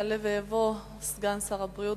יעלה ויבוא סגן שר הבריאות.